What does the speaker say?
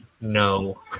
no